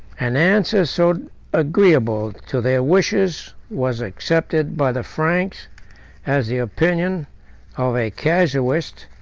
an answer so agreeable to their wishes was accepted by the franks as the opinion of a casuist,